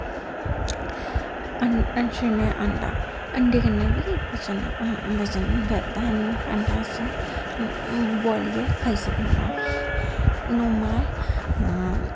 छेमां ऐ अंडा अंडे कन्नै बी बजन बजन बधदा अंडा अस बुआलियै खाई सकने आं नौमां ऐ अं